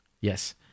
Yes